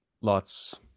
lots